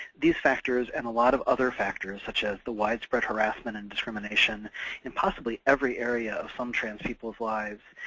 these factors, and a lot of other factors, such as the widespread harassment and discrimination in possibly every area of some trans people's lives,